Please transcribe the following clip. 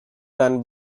than